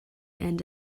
and